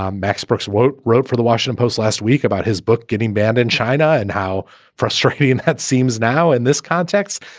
um max brooks won't wrote for the washington post last week about his book getting banned in china. and how frustrating and that seems now in this context.